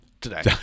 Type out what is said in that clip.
today